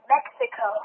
Mexico